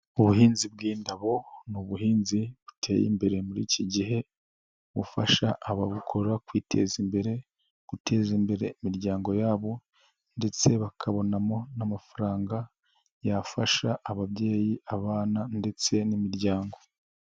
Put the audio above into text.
Ubuhinzi bw'indabo n'ubuhinzi buteye imbere muri iki gihe, bufasha ababukora kwiteza imbere, guteza imbere imiryango yabo, ndetse bakabonamo n'amafaranga, yafasha ababyeyi, abana, ndetse n'imiryango.